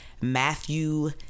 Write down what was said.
matthew